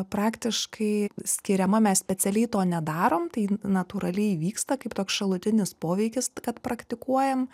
praktiškai skiriama mes specialiai to nedarom tai natūraliai vyksta kaip toks šalutinis poveikis kad praktikuojam